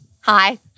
Hi